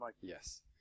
Yes